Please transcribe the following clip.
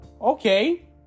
Okay